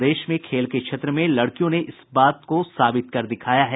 प्रदेश में खेल के क्षेत्र में लड़कियों ने इस बात को साबित कर दिखाया है